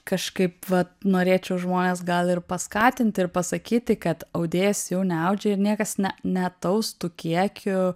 kažkaip vat norėčiau žmones gal ir paskatinti ir pasakyti kad audėjos jau neaudžia ir niekas ne neataus tų kiekių